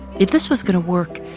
if this was going to work,